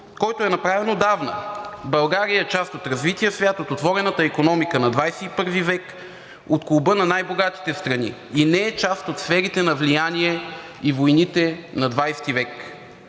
който е направен отдавна. България е част от развития свят, от отворената икономика на ХХI век, от клуба на най-богатите страни и не е част от сферите на влияние и войните на ХХ век.